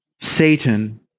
Satan